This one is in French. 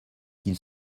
qu’il